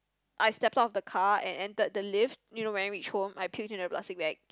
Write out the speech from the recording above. I stepped out of the car and entered the lift you know when I reached home I puke into a plastic bag